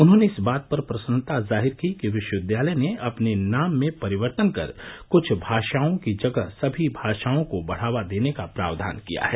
उन्होंने इस बात पर प्रसन्नता जाहिर की कि विश्वविद्यालय ने अपने नाम मे परिवर्तन कर क्छ भाषाओं की जगह सभी भाषाओं को बढ़ावा देने का प्रावधान किया है